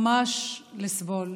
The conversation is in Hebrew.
ממש לסבול: